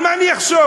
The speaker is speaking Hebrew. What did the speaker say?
על מה אני אחשוב?